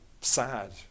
sad